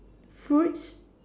fruits